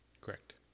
Correct